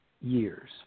years